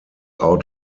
out